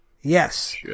Yes